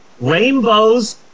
rainbows